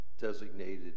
designated